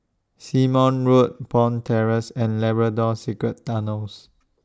Simon Road Bond Terrace and Labrador Secret Tunnels